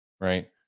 right